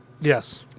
Yes